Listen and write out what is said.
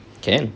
can